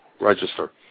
register